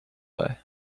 way